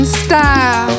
style